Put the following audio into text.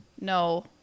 No